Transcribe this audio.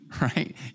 right